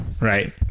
Right